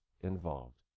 involved